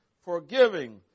Forgiving